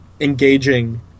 engaging